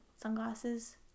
sunglasses